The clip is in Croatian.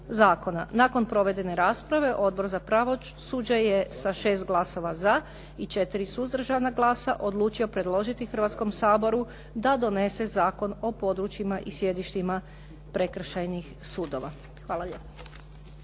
Nakon provedene rasprave Odbor za pravosuđe je sa 6 glasova za i 4 suzdržana glasa odlučio predložiti Hrvatskom saboru da donese Zakon o područjima i sjedištima prekršajnih sudova. Hvala lijepa.